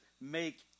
make